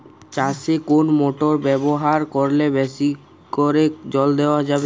চাষে কোন মোটর ব্যবহার করলে বেশী করে জল দেওয়া যাবে?